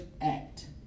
Act